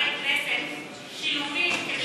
איך קורה שאתה נותן לחברי כנסת שילומים כדי